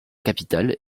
capitale